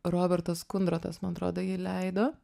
robertas kundrotas man atrodo jį leido